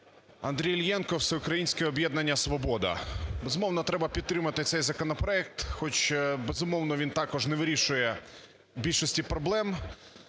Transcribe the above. Андрій Іллєнко, Всеукраїнське об'єднання "Свобода". Безумовно, треба підтримати цей законопроект. Хоч, безумовно, він також не вирішує більшості проблем